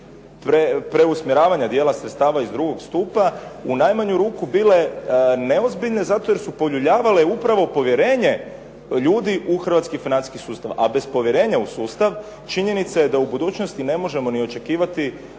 preusmjeravanja dijela sredstava iz drugog stupa u najmanju ruku bile neozbiljne zato jer su poljuljavale upravo povjerenje ljudi u hrvatski financijski sustav. A bez povjerenja u sustav činjenica je da u budućnosti ne može ni očekivati